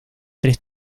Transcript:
tres